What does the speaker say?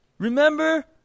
Remember